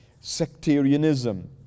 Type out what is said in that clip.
sectarianism